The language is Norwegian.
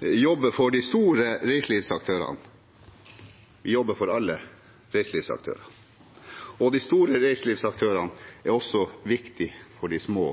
jobber for de store reiselivsaktørene – vi jobber for alle reiselivsaktørene. De store reiselivsaktørene er også viktige for de små